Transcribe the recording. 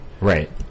Right